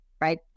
right